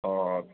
অঁ